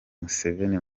museveni